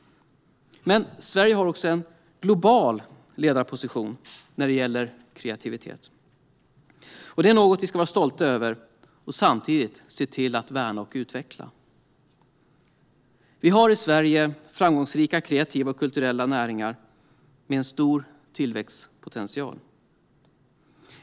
Sverige har också en global ledarposition när det gäller kreativitet, och det är något vi ska vara stolta över och värna och utveckla. Vi har i Sverige framgångsrika kreativa och kulturella näringar med en stor tillväxtpotential.